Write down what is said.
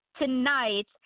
tonight